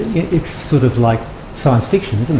it's sort of like science fiction, isn't